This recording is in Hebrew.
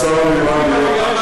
יהודי לא מגרש יהודים.